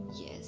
yes